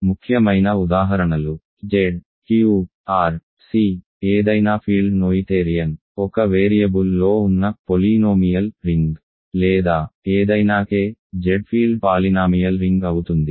ముఖ్యమైన ఉదాహరణలు Z Q R C ఏదైనా ఫీల్డ్ నోయిథేరియన్ ఒక వేరియబుల్లో ఉన్న బహుపది రింగ్ లేదా ఏదైనా K Z field polynomial ring అవుతుంది